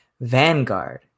vanguard